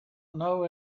know